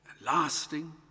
lasting